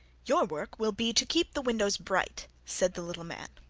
your work will be to keep the windows bright said the little man.